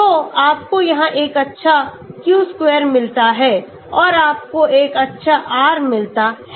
तो आपको यहाँ एक अच्छा q square मिलता है और आपको एक अच्छा r मिलता है